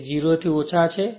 જે 0 થી ઓછા છે